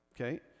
okay